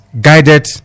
guided